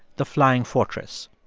the flying fortress.